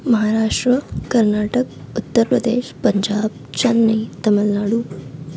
Maharashtra Karnataka Uttar Pradesh Punjab Chennai Tamil Nadu